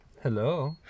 Hello